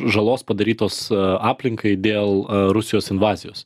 žalos padarytos aplinkai dėl a rusijos invazijos